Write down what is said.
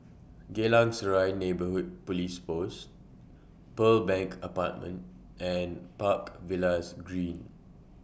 Geylang Serai Neighbourhood Police Post Pearl Bank Apartment and Park Villas Green